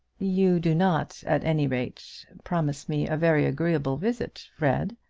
you do not, at any rate, promise me a very agreeable visit, fred.